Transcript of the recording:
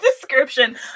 description